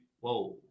whoa